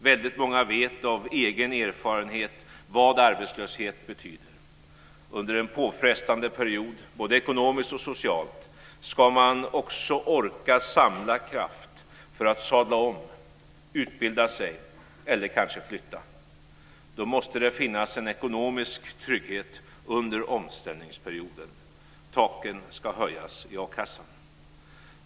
Väldigt många vet av egen erfarenhet vad arbetslöshet betyder. Under en påfrestande period, både ekonomiskt och socialt, ska man också orka samla kraft för att sadla om, utbilda sig eller kanske flytta. Då måste det finnas en ekonomisk trygghet under omställningsperioden. Taken ska höjas i a-kassan.